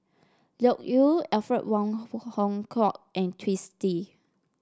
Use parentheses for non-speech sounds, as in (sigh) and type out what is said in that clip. Loke Yew Alfred Wong (unintelligible) Hong Kwok and Twisstii